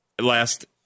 last